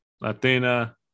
Latina